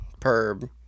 Perb